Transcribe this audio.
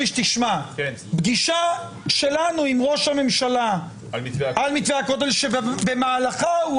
פגישה שלנו עם ראש הממשלה שבמהלכה הוא